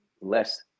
less